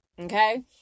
okay